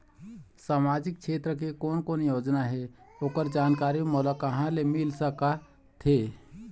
सामाजिक क्षेत्र के कोन कोन योजना हे ओकर जानकारी मोला कहा ले मिल सका थे?